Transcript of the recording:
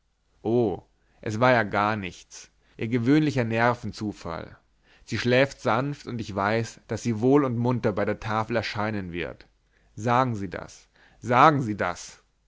o es war ja gar nichts ihr gewöhnlicher nervenzufall sie schläft sanft und ich weiß daß sie wohl und munter bei der tafel erscheinen wird sagen sie das sagen sie das